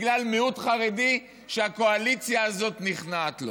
בגלל מיעוט חרדי שהקואליציה הזאת נכנעת לו.